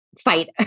fight